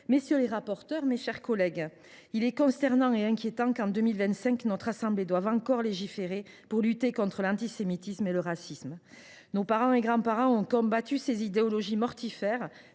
monsieur les ministres, mes chers collègues, il est consternant et inquiétant qu’en 2025 notre assemblée doive encore légiférer pour lutter contre l’antisémitisme et le racisme. Nos parents et grands parents ont combattu ces idéologies mortifères,